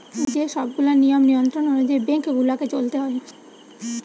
যে সব গুলা নিয়ম নিয়ন্ত্রণ অনুযায়ী বেঙ্ক গুলাকে চলতে হয়